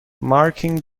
marking